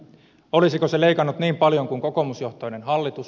olisiko se leikannut niin paljon kuin kokoomusjohtoinen hallitus